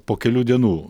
po kelių dienų